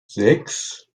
sechs